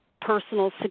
personal